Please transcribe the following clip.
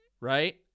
Right